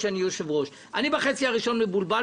שאני יושב-ראש אני בחצי הראשון מבולבל,